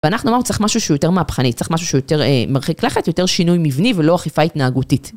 ואנחנו אמרנו צריך משהו שהוא יותר מהפכני, צריך משהו שהוא יותר מרחיק לכת, יותר שינוי מבני ולא אכיפה התנהגותית.